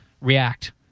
react